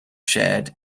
shared